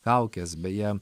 kaukes beje